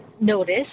notice